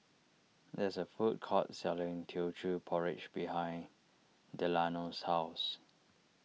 there is a food court selling Teochew Porridge behind Delano's house